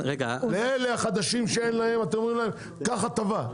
ואלה החדשים שאין להם אתם אומרים להם קח הטבה,